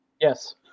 Yes